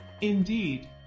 Indeed